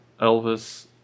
Elvis